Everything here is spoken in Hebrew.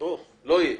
לא יהיה.